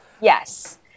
Yes